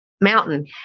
mountain